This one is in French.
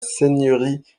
seigneurie